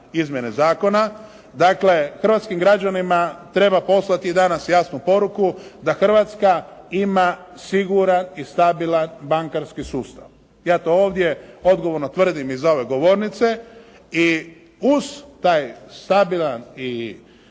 izmjene zakona. Dakle, hrvatskim građanima treba poslati danas jasnu poruku da Hrvatska ima siguran i stabilan bankarski sustav. Ja to ovdje odgovorno tvrdim iz ove govornice i uz taj stabilan i